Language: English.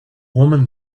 woman